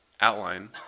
Outline